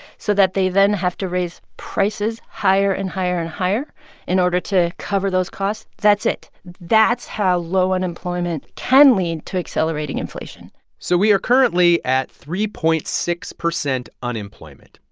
so that they then have to raise prices higher and higher and higher in order to cover those costs, that's it. that's how low unemployment can lead to accelerating inflation so we are currently at three point six zero unemployment.